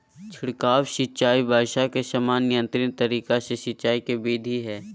छिड़काव सिंचाई वर्षा के समान नियंत्रित तरीका से सिंचाई के विधि हई